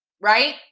right